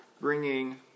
bringing